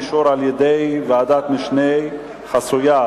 אישור על-ידי ועדת משנה חסויה),